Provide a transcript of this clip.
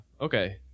okay